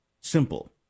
Simple